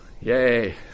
Yay